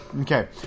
Okay